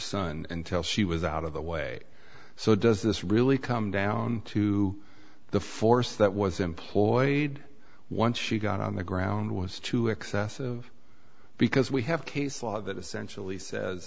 son until she was out of the way so does this really come down to the force that was employed once she got on the ground was too excessive because we have case law that essentially says